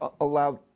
allowed